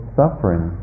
suffering